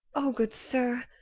o good sir,